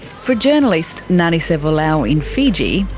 for journalist nanise volau in fiji,